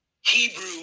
Hebrew